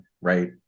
right